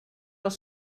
als